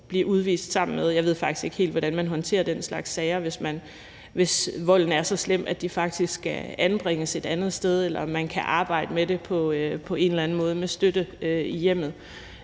blive udvist sammen med forældrene. Jeg ved faktisk ikke helt, hvordan man håndterer den slags sager, hvis volden er så slem, at de faktisk skal anbringes et andet sted, eller om man kan arbejde med det på en eller anden måde med støtte i hjemmet.